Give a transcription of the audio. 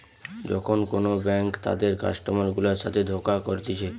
যখন কোন ব্যাঙ্ক তাদের কাস্টমার গুলার সাথে ধোকা করতিছে